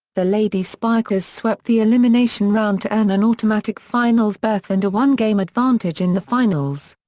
the lady spikers swept the elimination round to earn an automatic finals berth and a one game advantage in the finals.